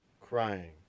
crying